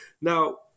Now